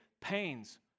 pains